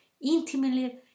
intimately